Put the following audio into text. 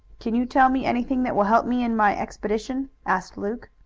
can you tell me anything that will help me in my expedition? asked luke.